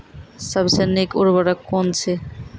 सबसे नीक उर्वरक कून अछि?